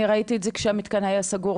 אני ראיתי את זה כשהמתקן היה סגור,